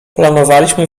planowaliśmy